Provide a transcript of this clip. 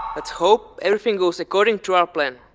let's hope everything goes according to our plan.